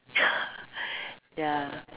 ya